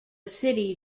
city